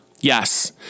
Yes